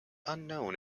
unknown